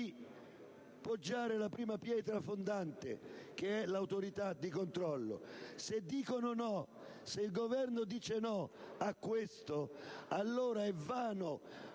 di poggiare la prima pietra fondante, che è l'autorità di controllo. Se dicono "no", se il Governo dice "no" a questo, allora è vano